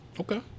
Okay